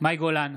מאי גולן,